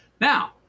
now